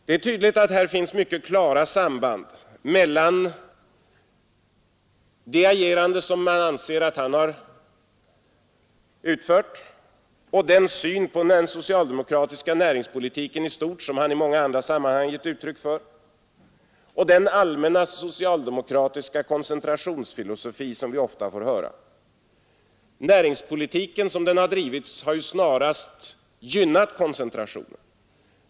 Det är tydligt att här finns mycket klara samband mellan hans agerande och den syn på den socialdemokratiska näringspolitiken i stort, som han i många andra sammanhang har gett uttryck för, samt den allmänna socialdemokratiska koncentrationsfilosofi som vi ofta får höra. Näringspolitiken, som den har drivits, har snarast gynnat koncentrationen.